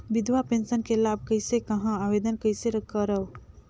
विधवा पेंशन के लाभ कइसे लहां? आवेदन कइसे करव?